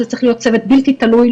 זה צריך להיות צוות בלתי תלוי,